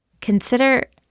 consider